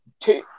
two